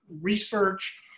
research